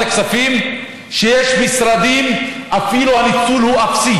הכספים שיש משרדים שהניצול הוא אפילו אפס,